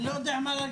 אני לא יודע מה להגיד.